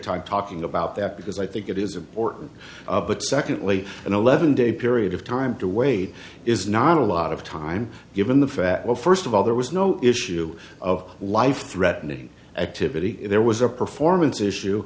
time talking about that because i think it is important but secondly an eleven day period of time to wait is not a lot of time given the fact well first of all there was no issue of life threatening activity there was a performance issue